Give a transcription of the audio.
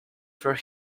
for